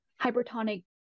hypertonic